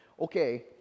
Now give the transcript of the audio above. okay